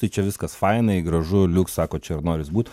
tai čia viskas fainai gražu liuks sako čia ir noris būt